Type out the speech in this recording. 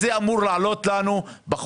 אני חושב שזה שאנחנו היום --- כן,